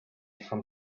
from